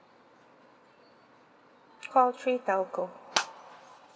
call three telco